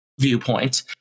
viewpoint